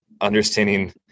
understanding